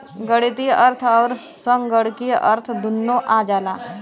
गणीतीय अर्थ अउर संगणकीय अर्थ दुन्नो आ जाला